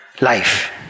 life